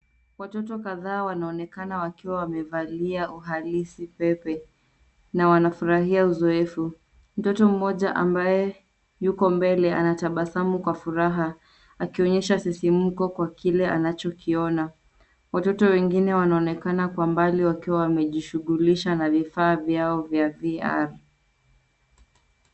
Watoto kadhaa wanaonekana wakiwa wamevalia uhalisi pepe, na wanafurahia uzoefu. Mtoto mmoja amabaye yuko mbele anatabasamu kwa furaha akionyesha sisimko kwa kile anachokiona. Watoto wengine wanaonekana kwa mbali wakiwa wamejishughulia na vifaa vyao vya VR .